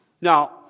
Now